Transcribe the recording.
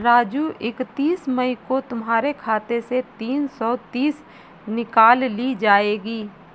राजू इकतीस मई को तुम्हारे खाते से तीन सौ तीस निकाल ली जाएगी